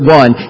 one